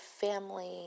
family